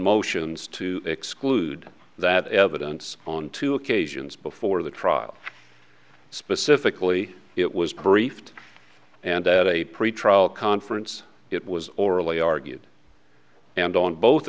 motions to exclude that evidence on two occasions before the trial specifically it was briefed and that a pretrial conference it was orally argued and on both